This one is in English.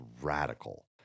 radical